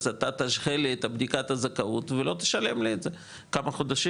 אז אתה תשחיל לי את בדיקת הזכאות ולא תשלם לי את זה כמה חודשים.